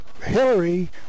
Hillary